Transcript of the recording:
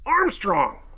Armstrong